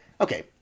okay